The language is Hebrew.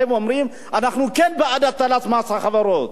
באים ואומרים אנחנו כן בעד הטלת מס החברות.